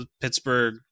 Pittsburgh